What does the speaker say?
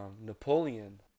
Napoleon